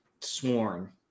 sworn